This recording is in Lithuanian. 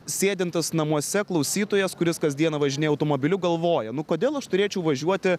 sėdintis namuose klausytojas kuris kasdieną važinėja automobiliu galvoja nu kodėl aš turėčiau važiuoti